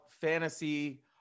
fantasy